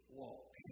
walk